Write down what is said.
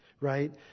right